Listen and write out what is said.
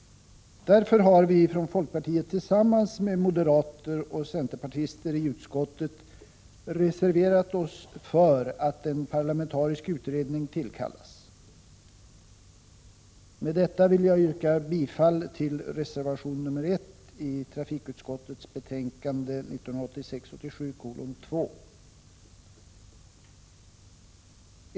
Därför har vi från folkpartiet tillsammans med moderater och centerpartister i utskottet reserverat oss för att en parlamentarisk utredning tillkallas. Med detta vill jag yrka bifall till reservation 1 i trafikutskottets betänkande 1986/87:2.